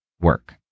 work